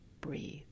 breathe